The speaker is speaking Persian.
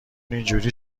اینجوری